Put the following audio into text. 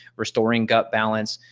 restoring gut balance,